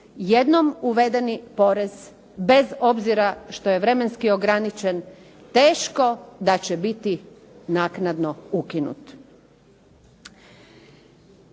jednom uvedeni porez bez obzira što je vremenski ograničen teško da će biti naknadno ukinut.